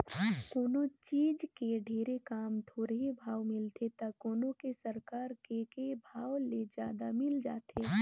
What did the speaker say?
कोनों चीज के ढेरे काम, थोरहें भाव मिलथे त कोनो के सरकार के के भाव ले जादा मिल जाथे